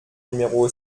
numéro